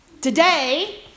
today